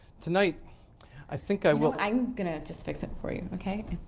tonight i think i will i'm gonna just fix it for you okay?